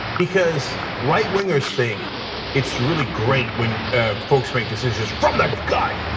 because right wingers think it's really great when folks make decisions from the gut.